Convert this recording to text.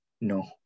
No